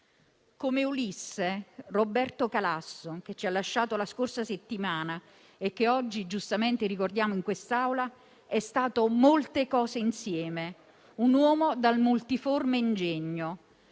come Ulisse, Roberto Calasso, che ci ha lasciato la scorsa settimana e che oggi giustamente ricordiamo in quest'Aula, è stato molte cose insieme: un uomo dal multiforme ingegno.